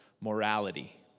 morality